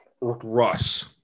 Russ